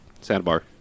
Sandbar